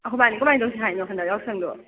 ꯑꯩꯈꯣꯏꯕꯥꯅꯤ ꯀꯃꯥꯏ ꯇꯧꯁꯦ ꯍꯥꯏꯅ ꯍꯟꯗꯛ ꯌꯥꯎꯁꯪꯗꯣ